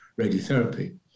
radiotherapy